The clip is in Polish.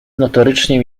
notorycznie